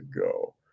go